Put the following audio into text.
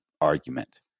argument